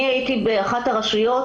אני הייתי באחת הרשויות